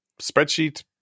spreadsheet